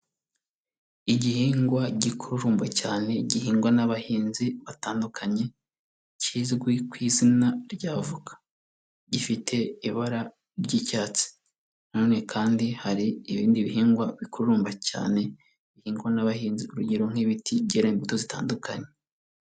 Igihingwa gikururumba cyane gihingwa n'abahinzi batandukanye, kizwi ku izina rya avoka gifite ibara ry'icyatsi, na none kandi hari ibindi bihingwa bikururumba cyane bihingwa n'abahinzi urugero nk'ibiti byera imbuto zitandukanye.